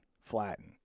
flatten